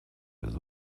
без